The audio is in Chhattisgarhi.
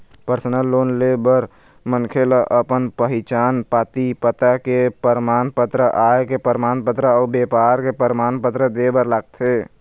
परसनल लोन ले बर मनखे ल अपन पहिचान पाती, पता के परमान पत्र, आय के परमान पत्र अउ बेपार के परमान पत्र दे बर लागथे